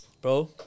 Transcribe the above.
Bro